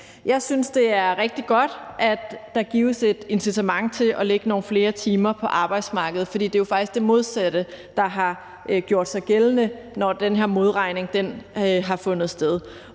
Jeg synes, det er rigtig godt, at der gives et incitament til at lægge nogle flere timer på arbejdsmarkedet, for det er jo faktisk det modsatte, der har gjort sig gældende, når den her modregning har fundet sted.